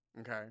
Okay